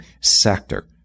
sector